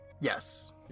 Yes